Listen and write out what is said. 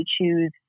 choose